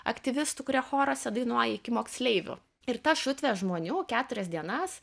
aktyvistų kurie choruose dainuoja iki moksleivių ir ta šutvė žmonių keturias dienas